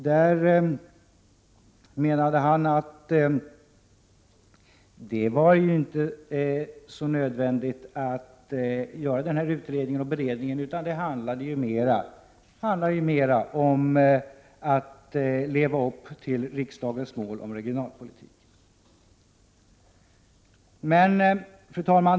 Han menade att det inte var nödvändigt att göra denna utredning och beredning utan att det mer handlade om att leva upp till riksdagens mål beträffande regionalpolitik.